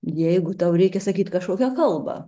jeigu tau reikia sakyt kažkokią kalbą